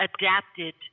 adapted